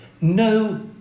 No